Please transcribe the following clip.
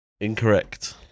Incorrect